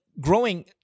growing